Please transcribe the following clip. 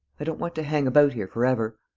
i don't want to hang about here for ever!